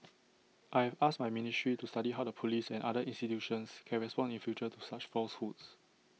I have asked my ministry to study how the Police and other institutions can respond in future to such falsehoods